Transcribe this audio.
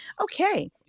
Okay